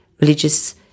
religious